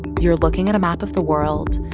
you're looking at a map of the world.